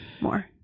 more